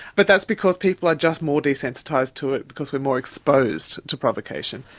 but that's because people are just more desensitised to it because we're more exposed to provocation.